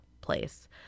place